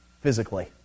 Physically